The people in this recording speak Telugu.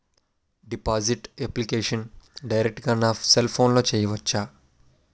డిపాజిట్ అప్లికేషన్ డైరెక్ట్ గా నా సెల్ ఫోన్లో చెయ్యచా?